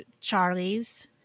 charlie's